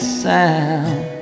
sound